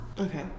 Okay